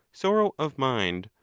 sorrow of mind,